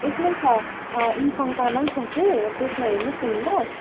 यसमै छ इङसङ तामाङ छ कि त्यसमा हेर्नुहोस् नि ल